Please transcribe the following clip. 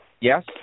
Yes